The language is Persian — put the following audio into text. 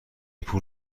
پول